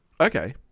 Okay